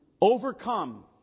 overcome